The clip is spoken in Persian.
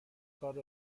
کار